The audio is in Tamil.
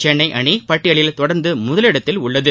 சென்னை அணி பட்டியலில் தொடர்ந்து முதலிடத்தில் உள்ளது